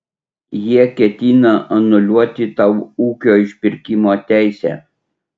jie ketina anuliuoti tau ūkio išpirkimo teisę